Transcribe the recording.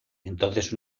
entonces